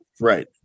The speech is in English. Right